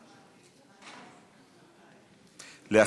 אדוני.